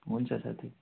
हुन्छ साथी